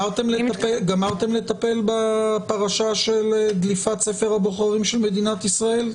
גמרתם לטפל בפרשה של דליפת ספר הבוחרים של מדינת ישראל?